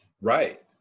right